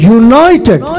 united